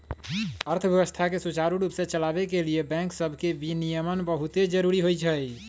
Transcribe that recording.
अर्थव्यवस्था के सुचारू रूप से चलाबे के लिए बैंक सभके विनियमन बहुते जरूरी होइ छइ